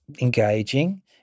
engaging